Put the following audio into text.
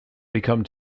become